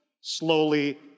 slowly